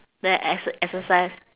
the ex~ exercise